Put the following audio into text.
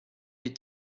les